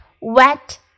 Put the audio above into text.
wet